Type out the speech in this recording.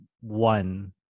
one